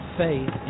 faith